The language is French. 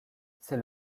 c’est